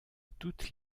toutes